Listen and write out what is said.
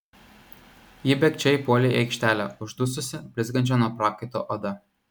ji bėgčia įpuolė į aikštelę uždususi blizgančia nuo prakaito oda